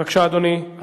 בבקשה, אדוני.